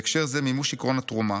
בהקשר זה מימוש עקרון התרומה